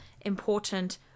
important